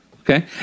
Okay